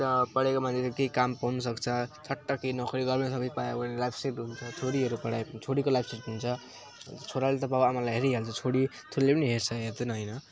त पढेको मान्छेले केही काम खोज्नु सक्छ फट्ट केही नोकरी गभर्नमेन्ट सर्भिस पायो भने लाइफ सेट हुन्छ छोरीहरू पढायो भने छोरीको लाइफ सेट हुन्छ छोराले त बाउआमालाई हेरिहाल्छ छोरी छोरीले पनि हेर्छ हेर्दैन हैन